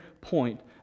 point